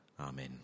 Amen